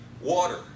water